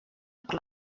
per